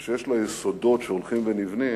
או כשיש לה יסודות שהולכים ונבנים,